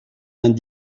vingt